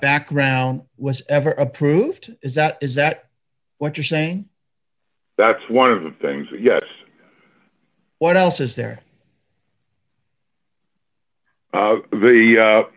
background was ever approved is that is that what you're saying that's one of the things yes what else is there